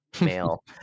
male